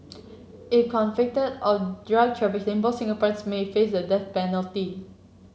if convicted of drug trafficking both Singaporeans may face the death penalty